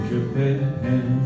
Japan